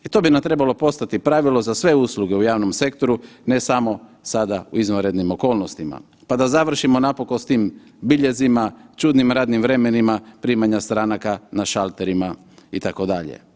I to bi nam trebalo postati pravilo za sve usluge u javnom sektoru, ne samo sada u izvanrednim okolnostima pa da završimo napokon s tim biljezima, čudnim radnim vremenima primanja stranaka na šalterima, itd.